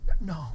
No